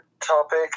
topic